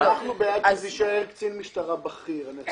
אנחנו בעד שזה יישאר קצין משטרה בכיר.